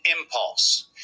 impulse